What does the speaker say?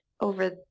over